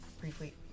briefly